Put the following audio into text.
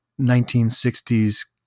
1960s